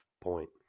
point